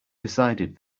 decided